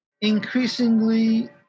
increasingly